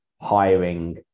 hiring